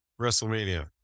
Wrestlemania